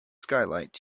skylight